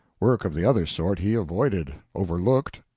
work of the other sort he avoided, overlooked,